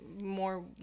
more